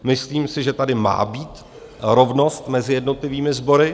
Myslím si, že tady má být rovnost mezi jednotlivými sbory.